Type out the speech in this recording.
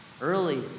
early